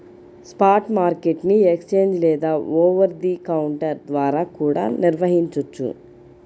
spot market ని exchange లేదా over the counter ద్వారా కూడా నిర్వహించొచ్చు